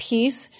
Peace